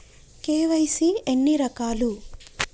KYC ఎన్ని రకాలు?